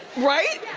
right?